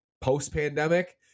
post-pandemic